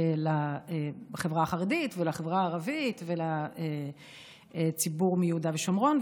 לחברה החרדית ולחברה הערבית ולציבור מיהודה ושומרון.